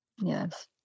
Yes